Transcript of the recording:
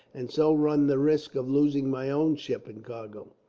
and so run the risk of losing my own ship and cargo.